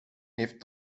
heeft